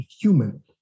human